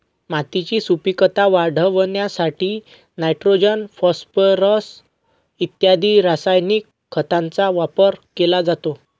मातीची सुपीकता वाढवण्यासाठी नायट्रोजन, फॉस्फोरस इत्यादी रासायनिक खतांचा वापर केला जातो